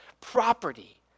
property